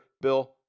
Bill